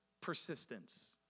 persistence